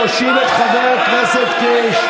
להושיב את חבר הכנסת קיש.